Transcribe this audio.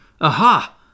Aha